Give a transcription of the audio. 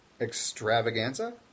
extravaganza